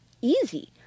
easy